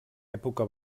època